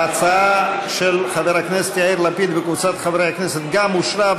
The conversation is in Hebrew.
ההצעה של חבר הכנסת יאיר לפיד וקבוצת חברי הכנסת גם היא אושרה,